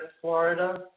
Florida